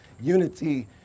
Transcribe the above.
Unity